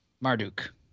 Marduk